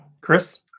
Chris